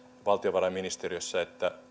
valtiovarainministeriössä